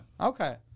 Okay